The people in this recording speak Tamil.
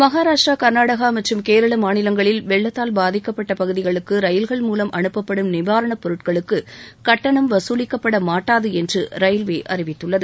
மகாராஷ்டிரா கர்நாடகா மற்றும் கேரள மாநிலங்களில் வெள்ளத்தால் பாதிக்கப்பட்ட பகுதிகளுக்கு ரயில்கள் மூலம் அனுப்பப்படும் நிவாரணப்பொருட்களுக்கு கட்டணம் வசூலிக்கப்பட மாட்டாது என்று ரயில்வே அறிவித்துள்ளது